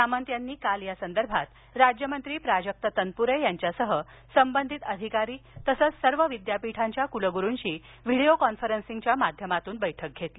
सामंत यांनी काल या संदर्भात राज्यमंत्री प्राजक तनपुरे यांच्यासह संबंधित अधिकारी तसंच सर्व विद्यापीठांच्या कुलगुरूशी व्हिडिओ कॉन्फरन्सिंगच्या माध्यामातून बैठक घेतली